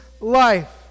life